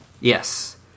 Yes